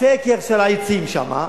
סקר של העצים שם,